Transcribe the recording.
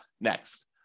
next